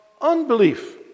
unbelief